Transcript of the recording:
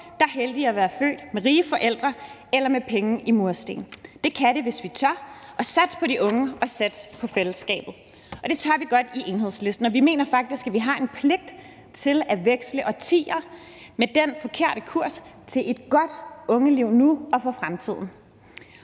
der er heldige at være født med rige forældre eller med penge i mursten. Det kan det, hvis vi tør at satse på de unge og satse på fællesskabet, og det tør vi godt i Enhedslisten, og vi mener faktisk, at vi har en pligt til at veksle årtier med den forkerte kurs til et godt ungeliv nu og i fremtiden.